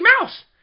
Mouse